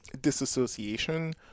disassociation